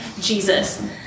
Jesus